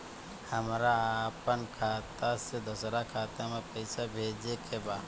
हमरा आपन खाता से दोसरा खाता में पइसा भेजे के बा